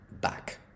back